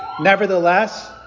Nevertheless